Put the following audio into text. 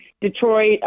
detroit